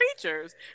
creatures